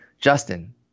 Justin